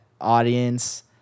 audience